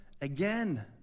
again